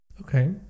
Okay